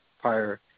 prior